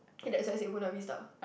okay that's why I said Buona-Vista